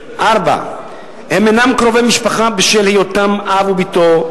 4. הם אינם קרובי משפחה בשל היותם אב ובתו,